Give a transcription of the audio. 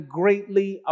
greatly